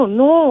no